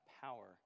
power